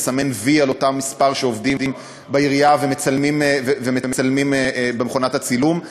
נסמן "וי" על אותו מספר עובדים בעירייה שמצלמים במכונת הצילום.